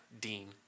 Dean